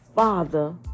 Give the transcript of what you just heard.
Father